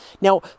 Now